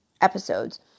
episodes